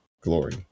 Glory